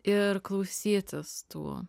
ir klausytis tų